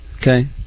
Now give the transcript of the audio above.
Okay